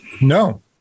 No